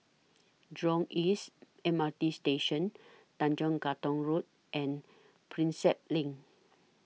Jurong East M R T Station Tanjong Katong Road and Prinsep LINK